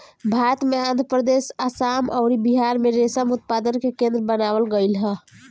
भारत में आंध्रप्रदेश, आसाम अउरी बिहार में रेशम उत्पादन के केंद्र बनावल गईल ह